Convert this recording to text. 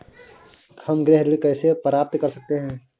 हम गृह ऋण कैसे प्राप्त कर सकते हैं?